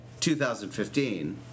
2015